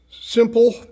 simple